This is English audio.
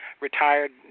retired